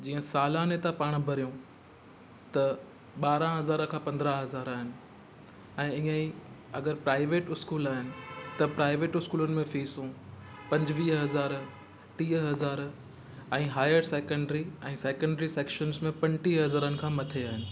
जीअं सालाने त पाण भरियूं त ॿारहं हज़ार खां पंद्रहं हज़ार आहिनि ऐं ईअं ई अगरि प्राइवेट स्कूल आहिनि त प्राइवेट स्कूलनि में फिसूं पंजुवीह हज़ार टीह हज़ार ऐं हायर सेकेंड्री ऐं सेकेंड्री सेक्शन्स में पंटीह हज़ारनि खां मथे आहिनि